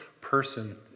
person